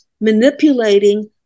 manipulating